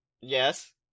Yes